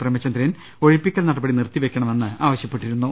പ്രേമചന്ദ്രൻ ഒഴിപ്പിക്കൽ നടപടി നിർത്തിവെയ്ക്കണമെന്ന് ആവശ്യപ്പെട്ടിരുന്നു